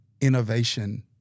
innovation